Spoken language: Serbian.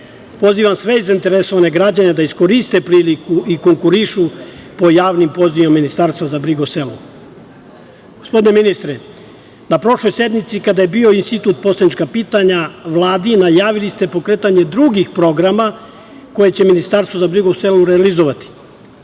Srbije. Pozivam sve zainteresovane građane da iskoriste priliku i konkurišu po javnim pozivima Ministarstva za brigu o selu. Gospodine ministre, na prošloj sednici, kada je bio institut poslanička pitanja Vladi, najavili ste pokretanje drugih programa koje će Ministarstvo za brigu o selu realizovati.